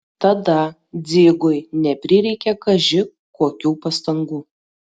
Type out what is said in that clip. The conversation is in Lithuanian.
tada dzigui neprireikė kaži kokių pastangų